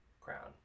crown